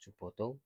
su potong.